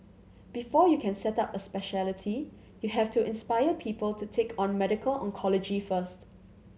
before you can set up a speciality you have to inspire people to take on medical oncology first